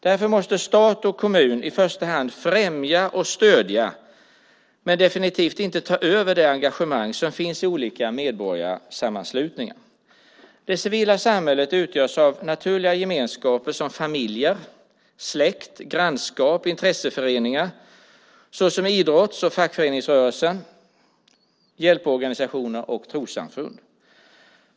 Därför måste stat och kommun i första hand främja och stödja, men definitivt inte ta över, det engagemang som finns i olika medborgarsammanslutningar. Det civila samhället utgörs av naturliga gemenskaper som familjer, släkt, grannskap, intresseföreningar såsom idrotts och fackföreningsrörelsen, hjälporganisationer och trossamfund.